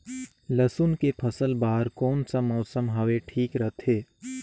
लसुन के फसल बार कोन सा मौसम हवे ठीक रथे?